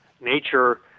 nature